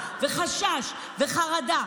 חשש וחרדה.